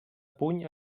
puny